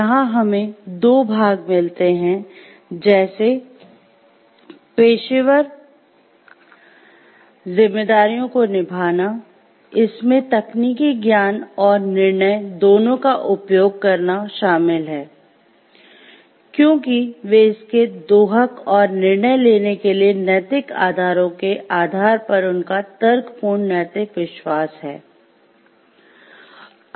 यहाँ हमें दो भाग मिलते हैं जैसे पेशेवर जिम्मेदारियों को निभाना इसमें तकनीकी ज्ञान और निर्णय दोनों का उपयोग करना शामिल है क्योंकि वे इसके दोहक और निर्णय लेने के लिए नैतिक आधारों के आधार पर उनका तर्कपूर्ण नैतिक विश्वास हैं